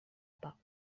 pas